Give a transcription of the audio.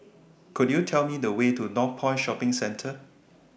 Could YOU Tell Me The Way to Northpoint Shopping Centre